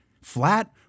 flat